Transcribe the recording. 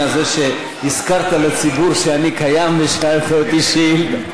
על זה שהזכרת לציבור שאני קיים ושאלת אותי שאילתה.